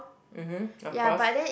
mmhmm of course